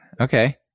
Okay